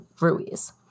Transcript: Ruiz